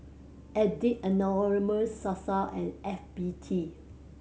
Addict Anonymous Sasa and F B T